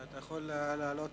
אתה יכול לעלות